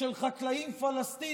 של חקלאים פלסטינים,